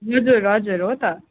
हजुर हजुर हो त